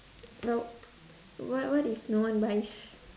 nope what what if no one buys